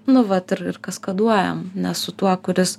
nu vat ir kaskaduojam ne su tuo kuris